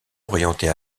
orientée